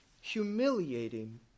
humiliating